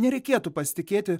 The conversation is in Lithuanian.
nereikėtų pasitikėti